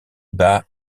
bat